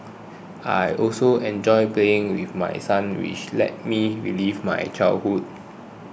I also enjoy playing with my sons which lets me relive my childhood